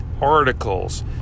articles